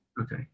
okay